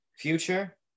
future